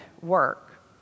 work